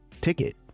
ticket